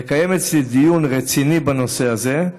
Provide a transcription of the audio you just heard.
לקיים אצלי דיון רציני בנושא הזה,